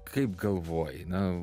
kaip galvoji na